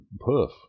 poof